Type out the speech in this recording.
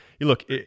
look